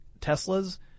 Tesla's